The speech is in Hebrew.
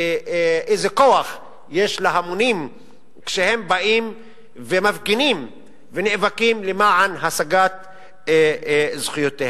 איזה כוח יש להמונים כשהם באים ומפגינים ונאבקים למען השגת זכויותיהם.